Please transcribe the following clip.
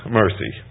mercy